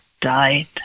died